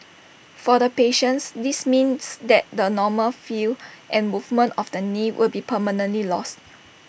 for the patience this means that the normal feel and movement of the knee will be permanently lost